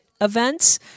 events